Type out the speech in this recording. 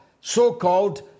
so-called